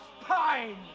pine